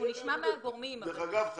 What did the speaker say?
דרך אגב,